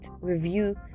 review